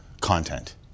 content